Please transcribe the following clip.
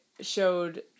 showed